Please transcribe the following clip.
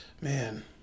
Man